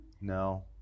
No